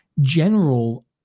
general